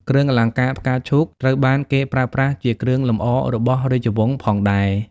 គ្រឿងអលង្ការផ្កាឈូកត្រូវបានគេប្រើប្រាស់ជាគ្រឿងលម្អរបស់រាជវង្សផងដែរ។